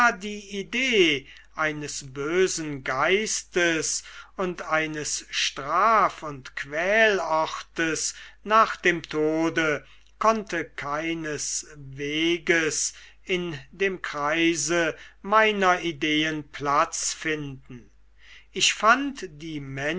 die idee eines bösen geistes und eines straf und quälortes nach dem tode konnte keinesweges in dem kreise meiner ideen platz finden ich fand die